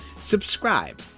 Subscribe